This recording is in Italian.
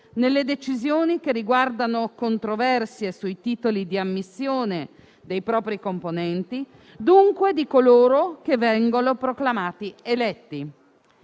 nelle decisioni che riguardano controversie sui titoli di ammissione dei propri componenti e, dunque, di coloro che vengono proclamati eletti.